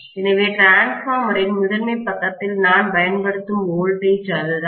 எனவே டிரான்ஸ்பார்மரின்மின்மாற்றியின் முதன்மை பக்கத்தில் நான் பயன்படுத்தும் வோல்டேஜ்மின்னழுத்தம் அதுதான்